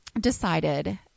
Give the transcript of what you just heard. decided